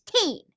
team